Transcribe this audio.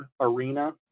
arena